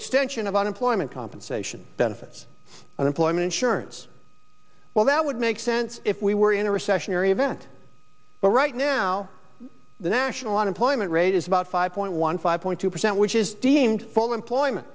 extension of unemployment compensation benefits unemployment insurance well that would make sense if we were in a recession or event but right now the national unemployment rate is about five point one five point two percent which is deemed full employment